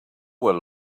where